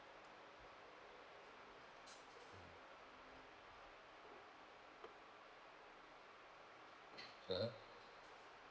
ah ha